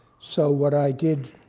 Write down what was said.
so what i did,